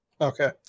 Okay